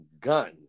gun